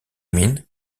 minh